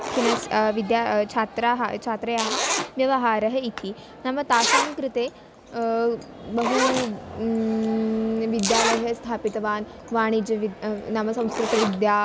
थिनस् विद्या छात्राः छात्राः व्यवहारः इति नाम तासां कृते बहु विद्यालयं स्थापितवान् वाणिज्यविद् नाम संस्कृतविद्या